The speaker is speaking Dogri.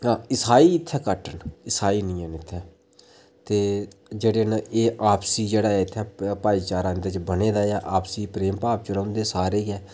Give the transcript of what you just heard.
आं इसाई इत्थें घट्ट न इसाई निं है'न इत्थें ते एह् जेह्ड़े न आपसी जेह्ड़ा ऐ इत्थें भाईचारा इं'दा बने दा ऐ आपसी प्रेम भाव च रौहंदे सारे गै